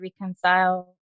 reconcile